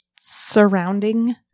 surrounding